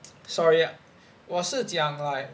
sorry 我是讲 like